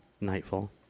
Nightfall